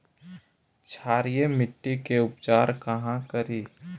क्षारीय मिट्टी के उपचार कहा करी?